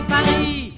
Paris